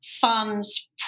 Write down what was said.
funds